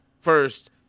first